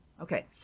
Okay